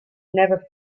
never